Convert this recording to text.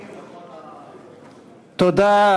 תודה.